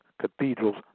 cathedrals